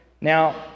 Now